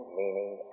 meaning